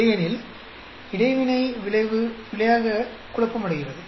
இல்லையெனில் இடைவினை விளைவு பிழையாக குழப்பமடைகிறது